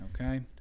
Okay